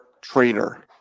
trainer